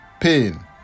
pain